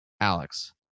Alex